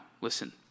listen